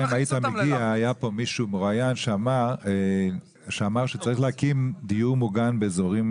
היה פה איזה שהוא מרואיין שאמר שצריך להקים דיור מוגן באזורים